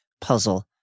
puzzle